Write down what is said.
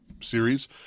series